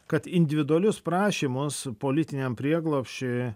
kad individualius prašymus politiniam prieglobsčiui